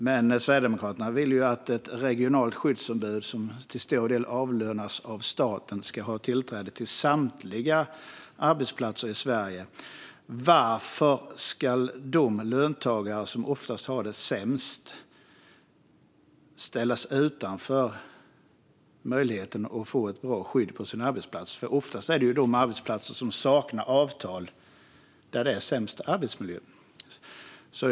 Men Sverigedemokraterna vill ju att ett regionalt skyddsombud, som till stor del avlönas av staten, ska ha tillträde till samtliga arbetsplatser i Sverige. Varför ska de löntagare som oftast har det sämst ställas utanför möjligheten att få ett bra skydd på sin arbetsplats? Oftast är det ju de arbetsplatser som saknar avtal som har sämst arbetsmiljö.